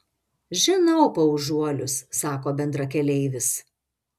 žinau paužuolius sako bendrakeleivis